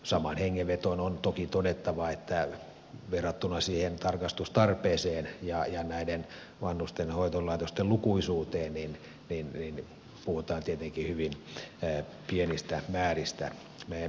samaan hengenvetoon on toki todettava että verrattuna siihen tarkastustarpeeseen ja näiden vanhusten hoitolaitosten lukuisuuteen puhutaan tietenkin hyvin pienistä määristä